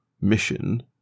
mission